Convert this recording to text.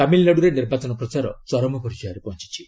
ତାମିଲନାଡୁରେ ନିର୍ବାଚନ ପ୍ରଚାର ଚରମ ପର୍ଯ୍ୟାୟରେ ପହଞ୍ଚୁଛି